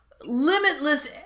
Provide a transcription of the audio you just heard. limitless